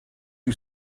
you